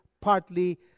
partly